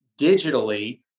digitally